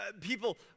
people